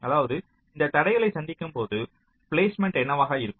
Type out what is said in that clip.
அதாவது இந்த தடைகளை சந்திக்கும்போது பிளேஸ்மெண்ட் என்னவாக இருக்கும்